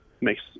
makes